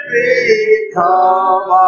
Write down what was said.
become